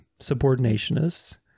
subordinationists